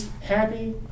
happy